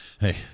Hey